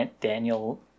Daniel